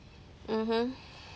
mmhmm